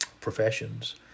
professions